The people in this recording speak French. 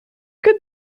que